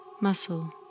muscle